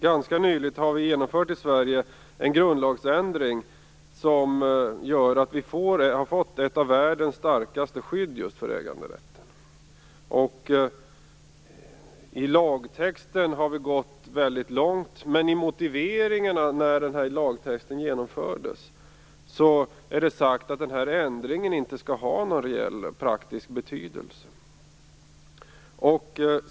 Vi har nyligen genomfört en grundlagsändring i Sverige, som gör att vi har fått ett av världens starkaste skydd för just äganderätten. I lagtexten har vi gått väldigt långt. Men i motiveringarna i samband med lagens genomförande är det sagt att denna ändring inte skall ha någon reell praktisk betydelse.